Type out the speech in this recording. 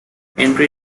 entry